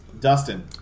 Dustin